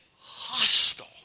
hostile